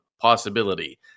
possibility